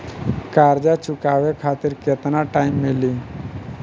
कर्जा चुकावे खातिर केतना टाइम मिली?